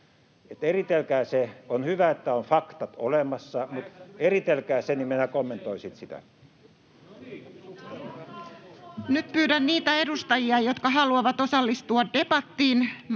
Eritelkää se. On hyvä, että on faktat olemassa. [Mauri Peltokangas: 81 plus 127!] Eritelkää se, ja minä kommentoin sitten sitä. Nyt pyydän niitä edustajia, jotka haluavat osallistua debattiin,